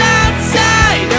outside